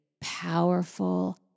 powerful